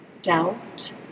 doubt